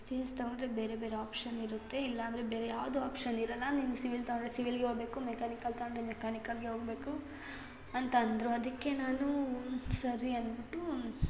C S ತಗೊಂಡರೆ ಬೇರೆ ಬೇರೆ ಆಪ್ಷನ್ ಇರುತ್ತೆ ಇಲ್ಲ ಅಂದರೆ ಬೇರೆ ಯಾವುದೂ ಆಪ್ಷನ್ ಇರಲ್ಲ ನೇಣು ಸಿವಿಲ್ ತಗೊಂಡರೆ ಸಿವಿಲ್ಗೇ ಹೋಗ್ಬೇಕು ಮೆಕಾನಿಕಲ್ ತಗೊಂಡರೆ ಮೆಕಾನಿಕಲ್ಗೇ ಹೋಗ್ಬೇಕು ಅಂತಂದರೂ ಅದಕ್ಕೆ ನಾನೂ ಸರಿ ಅಂದ್ಬಿಟ್ಟು